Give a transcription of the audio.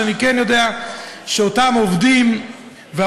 מה שאני כן יודע זה שאותם עובדים ועובדות,